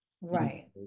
Right